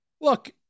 Look